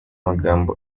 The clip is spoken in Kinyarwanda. magambo